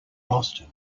boston